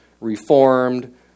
Reformed